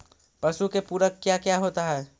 पशु के पुरक क्या क्या होता हो?